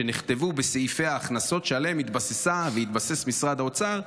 שנכתבו בסעיפי ההכנסות שעליהן התבסס משרד האוצר,